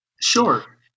sure